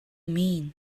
mean